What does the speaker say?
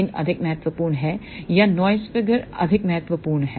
gain अधिक महत्वपूर्ण है या नॉइस फिगर अधिक महत्वपूर्ण है